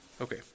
Okay